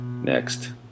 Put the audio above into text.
Next